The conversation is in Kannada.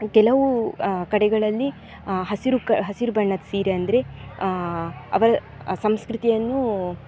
ಕೆಲವು ಕಡೆಗಳಲ್ಲಿ ಹಸಿರು ಕ ಹಸಿರು ಬಣ್ಣದ ಸೀರೆ ಅಂದರೆ ಅವರ ಸಂಸ್ಕೃತಿಯನ್ನು